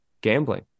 gambling